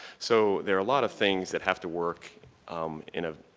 so there are a lot of things that have to work in ah